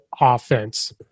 offense